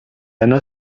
anna